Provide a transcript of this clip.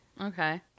Okay